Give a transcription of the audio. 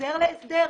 מהחזר להסדר,